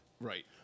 Right